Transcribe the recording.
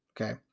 okay